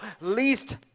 least